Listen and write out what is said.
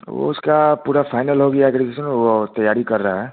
उसका पूरा फाइनल हो गया है ग्रेजुएशन वह तैयारी कर रहा है